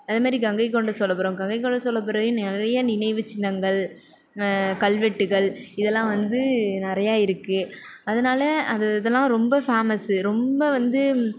அதுமாதிரி கங்கைகொண்ட சோழபுரம் கங்கைகொண்ட சோழபுரம் நிறைய நினைவுச்சின்னங்கள் கல்வெட்டுகள் இதெல்லாம் வந்து நிறைய இருக்குது அதனால அது இதெல்லாம் ரொம்ப ஃபேமஸ்ஸு ரொம்ப வந்து